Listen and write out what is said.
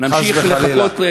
נמשיך לחכות,